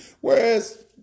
Whereas